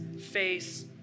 face